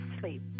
sleep